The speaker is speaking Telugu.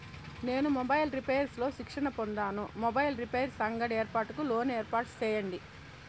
నేను మొబైల్స్ రిపైర్స్ లో శిక్షణ పొందాను, మొబైల్ రిపైర్స్ అంగడి ఏర్పాటుకు లోను ఏర్పాటు సేయండి?